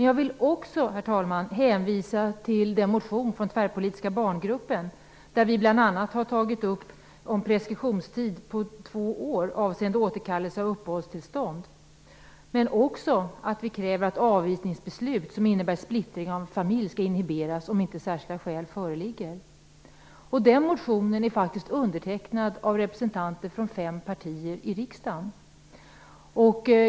Jag vill också hänvisa till den motion från tvärpolitiska barngruppen i vilken vi bl.a. har tagit upp frågan om en tvåårig preskriptionstid avseende återkallelse av uppehållstillstånd. Vi kräver också att avvisningsbeslut som innebär splittring av en familj skall inhiberas, om inte särskilda skäl föreligger. Denna motion är faktiskt undertecknad av representanter för fem partier i riksdagen.